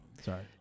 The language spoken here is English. Sorry